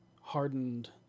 hardened